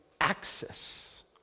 access